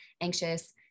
anxious